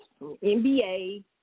NBA